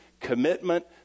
commitment